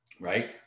right